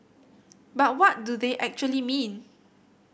but what do they actually mean